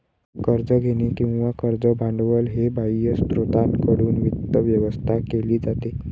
कर्ज घेणे किंवा कर्ज भांडवल हे बाह्य स्त्रोतांकडून वित्त व्यवस्था केली जाते